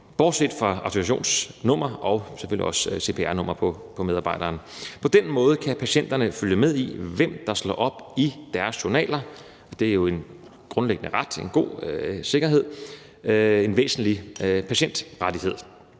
bortset fra autorisationsnummer og selvfølgelig også cpr-nummer på medarbejderen. På den måde kan patienterne følge med i, hvem der slår op i deres journal – det er jo en grundlæggende ret, en god sikkerhed, en væsentlig patientrettighed.